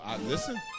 Listen